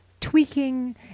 tweaking